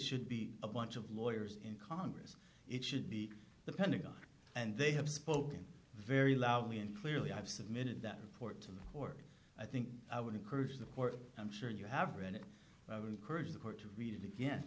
should be a bunch of lawyers in congress it should be the pentagon and they have spoken very loudly and clearly i've submitted that report to them or i think i would encourage the court i'm sure you have read it encourage the court to read it again